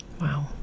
Wow